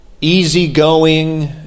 easygoing